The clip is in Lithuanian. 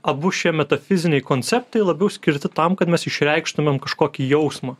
abu šie metafiziniai konceptai labiau skirti tam kad mes išreikštumėm kažkokį jausmą